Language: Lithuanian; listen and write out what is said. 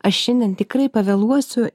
aš šiandien tikrai pavėluosiu